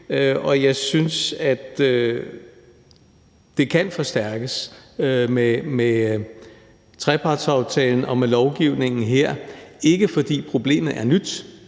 og jeg synes, at det kan forstærkes med trepartsaftalen og med lovgivningen her. Det er ikke, fordi problemet er nyt,